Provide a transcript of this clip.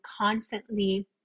constantly